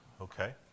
Okay